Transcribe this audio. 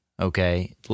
okay